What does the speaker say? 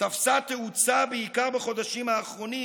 תפסה תאוצה בעיקר בחודשים האחרונים,